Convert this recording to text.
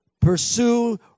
Pursue